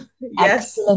yes